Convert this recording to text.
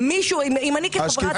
אם אני כחברת כנסת